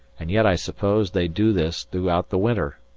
and yet i suppose they do this throughout the winter.